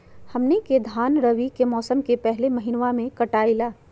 हमनी के धान रवि के मौसम के पहले महिनवा में कटाई ला